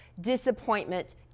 disappointment